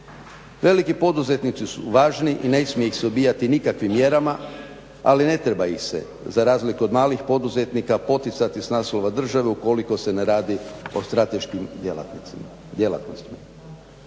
Veliki poduzetnici su važni i ne smije ih se ubijati nikakvim mjerama ali ne treba ih se za razliku od malih poduzetnika poticati s naslova države ukoliko se ne radi o strateškim djelatnostima.